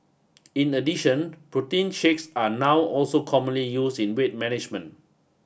in addition protein shakes are now also commonly used in weight management